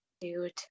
Dude